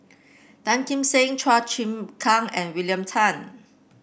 Tan Kim Seng Chua Chim Kang and William Tan